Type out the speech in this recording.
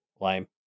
lame